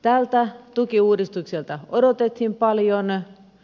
tältä tukiuudistukselta odotettiin paljon